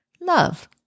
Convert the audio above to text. Love